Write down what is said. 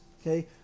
okay